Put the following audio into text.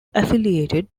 affiliated